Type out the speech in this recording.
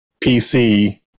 PC